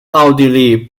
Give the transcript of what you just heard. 奥地利